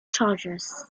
charges